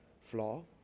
flaw